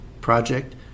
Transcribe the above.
project